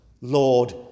Lord